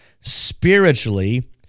spiritually